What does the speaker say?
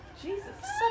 Jesus